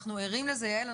אנחנו ערים לזה, יעל.